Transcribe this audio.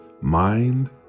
Mind